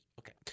okay